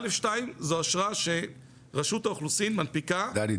א.2 זו אשרה שרשות האוכלוסין מנפיקה --- דני,